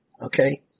okay